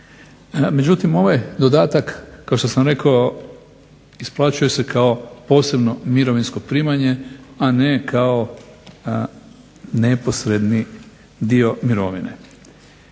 Međutim, ovaj dodatak kao što sam rekao isplaćuje se kao posebno mirovinsko primanje a ne kao neposredni dio mirovine.